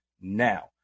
now